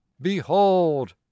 BEHOLD